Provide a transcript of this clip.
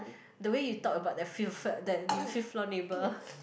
the way you talk about that fifth fl~ that fifth floor neighbour